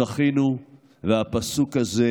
זכינו שהפסוק הזה,